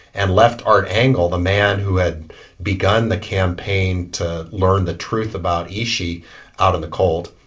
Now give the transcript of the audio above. and left art engel, the man who had begun the campaign to learn the truth about ishi out in the cold.